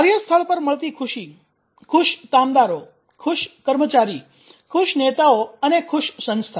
કાર્યસ્થળ પર મળતી ખુશી ખુશ કામદારો ખુશ કર્મચારી ખુશ નેતાઓ અને ખુશ સંસ્થા